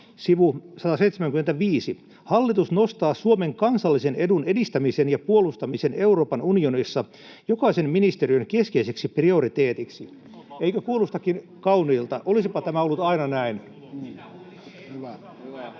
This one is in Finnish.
sivu 175: ”Hallitus nostaa Suomen kansallisen edun edistämisen ja puolustamisen Euroopan unionissa jokaisen ministeriön keskeiseksi prioriteetiksi.” Eikö kuulostakin kauniilta? Olisipa tämä ollut aina näin.